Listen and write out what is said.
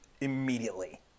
immediately